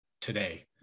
today